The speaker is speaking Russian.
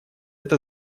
это